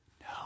No